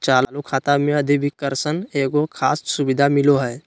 चालू खाता मे अधिविकर्षण एगो खास सुविधा मिलो हय